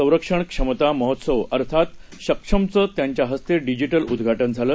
संरक्षण क्षमता महोत्सव अर्थात सक्षमचं त्यांच्या हस्ते डिजिटल उद्घाटन झालं